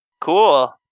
Cool